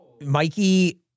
Mikey